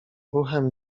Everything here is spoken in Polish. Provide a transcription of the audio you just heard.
ruchem